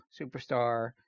superstar